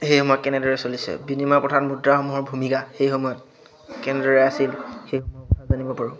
সেই সময়ত কেনেদৰে চলিছে বিনিময় প্ৰথাত মুদ্ৰাসমূহৰ ভূমিকা সেই সময়ত কেনেদৰে আছিল সেই জানিব পাৰোঁ